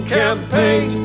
campaign